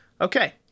Okay